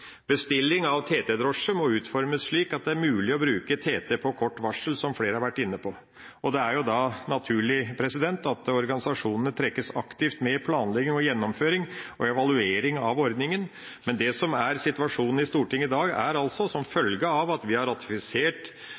Bestilling av TT-drosje må utformes slik at det er mulig å bruke TT på kort varsel, slik flere har vært inne på, og det er jo da naturlig at organisasjonene trekkes aktivt inn i planlegging og gjennomføring og evaluering av ordninga. Men det som er situasjonen i Stortinget i dag, er at det sakte, men sikkert – som følge av at vi har ratifisert